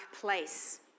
place